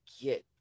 get